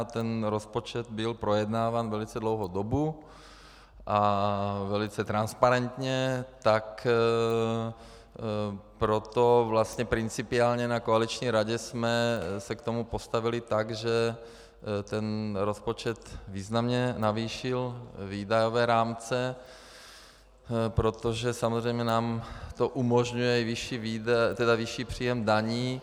A ten rozpočet byl projednáván velice dlouhou dobu a velice transparentně, tak proto vlastně principiálně na koaliční radě jsme se k tomu postavili tak, že rozpočet významně navýšil výdajové rámce, protože samozřejmě nám to umožňuje vyšší příjem daní.